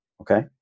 okay